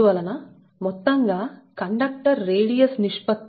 అందువలన మొత్తంగా conductor radius నిష్పత్తి 2